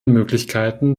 möglichkeiten